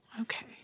okay